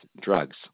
drugs